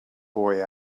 boy